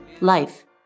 life